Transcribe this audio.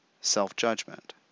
self-judgment